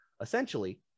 Essentially